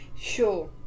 sure